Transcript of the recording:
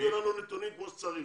תביאו לנו נתונים כמו שצריך.